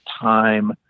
time